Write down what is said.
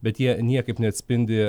bet jie niekaip neatspindi